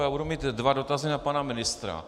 Já budu mít dva dotazy na pana ministra.